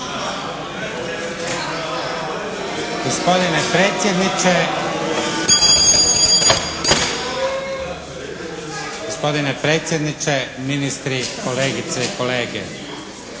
gospodine predsjedniče, ministri, kolegice i kolege.